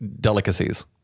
delicacies